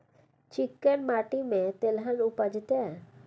चिक्कैन माटी में तेलहन उपजतै?